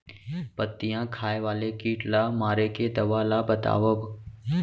पत्तियां खाए वाले किट ला मारे के दवा ला बतावव?